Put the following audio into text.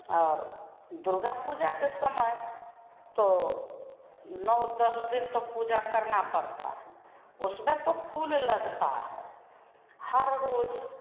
और दुर्गा पूजा के समय तो नौ दस दिन तो पूजा करनी पड़ती है उसमें तो फूल लगता है हर रोज